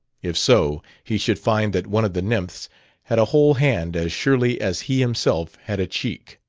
if so, he should find that one of the nymphs had a whole hand as surely as he himself had a cheek.